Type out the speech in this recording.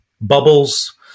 bubbles